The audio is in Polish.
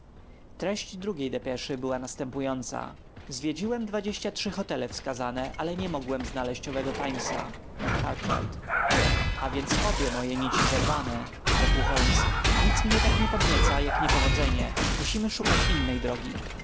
treść drugiej depeszy była następująca zwiedziłem dwadzieścia trzy hotele wskazane ale nie mogłem znaleźć owego timesa cartwright a więc obie moje nici zerwane rzekł holmes nic mnie tak nie podnieca jak niepowodzenie musimy szukać innej drogi